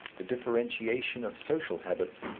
the differentiation of social habits,